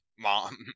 mom